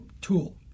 tool